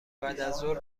بعدازظهر